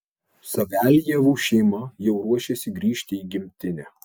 saveljevų šeima jau ruošiasi grįžti į gimtinę